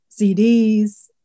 CDs